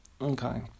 Okay